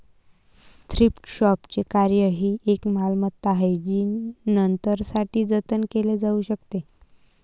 thrift शॉपचे कार्य ही एक मालमत्ता आहे जी नंतरसाठी जतन केली जाऊ शकते